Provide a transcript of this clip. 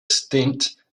stint